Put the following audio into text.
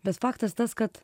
bet faktas tas kad